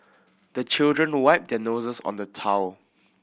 the children wipe their noses on the towel